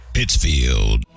Pittsfield